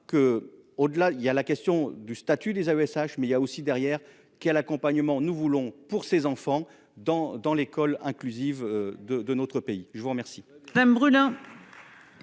que, au-delà il y a la question du statut des AESH mais il y a aussi derrière qui l'accompagnement nous voulons pour ses enfants dans dans l'école inclusive de de notre pays, je vous remercie.